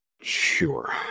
Sure